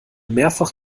mehrfach